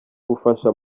gufasha